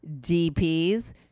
DPs